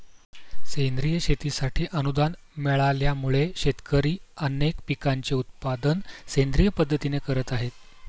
सेंद्रिय शेतीसाठी अनुदान मिळाल्यामुळे, शेतकरी अनेक पिकांचे उत्पादन सेंद्रिय पद्धतीने करत आहेत